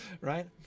right